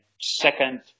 second